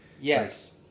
Yes